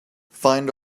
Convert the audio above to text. find